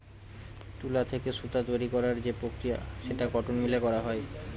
তুলা থেকে সুতা তৈরী করার যে প্রক্রিয়া সেটা কটন মিলে করা হয়